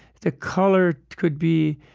the color could be,